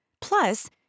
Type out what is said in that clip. Plus